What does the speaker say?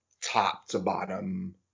top-to-bottom